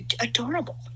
Adorable